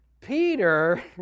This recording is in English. Peter